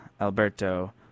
Alberto